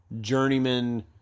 journeyman